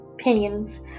opinions